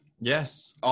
Yes